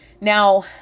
now